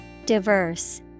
Diverse